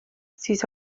siis